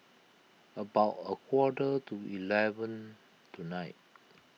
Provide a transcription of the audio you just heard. about a quarter to eleven tonight